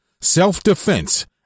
self-defense